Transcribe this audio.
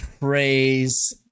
praise